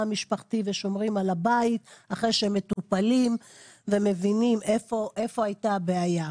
המשפחתי ושומרים על הבית אחרי שהם מטופלים ומבינים איפה הייתה הבעיה.